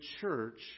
church